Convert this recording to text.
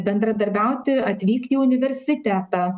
bendradarbiauti atvykti į universitetą